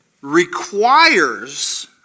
requires